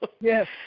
Yes